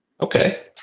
Okay